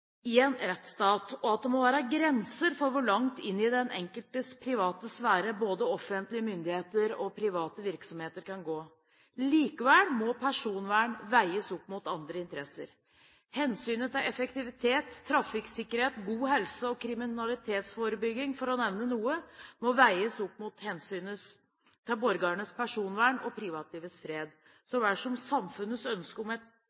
i en rettsstat, og at det må være grenser for hvor langt inn i den enkeltes private sfære både offentlige myndigheter og private virksomheter kan gå. Likevel må personvern veies mot andre interesser. Hensynet til effektivitet, trafikksikkerhet, god helse og kriminalitetsforebygging, for å nevne noe, må veies mot hensynet til borgernes personvern og privatlivets fred så vel som samfunnets ønske om et